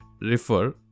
refer